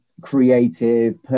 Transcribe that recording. creative